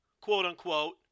quote-unquote